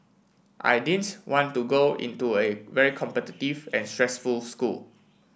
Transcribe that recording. I didn't want to go into a very competitive and stressful school